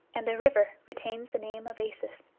and the river retains the name of acis.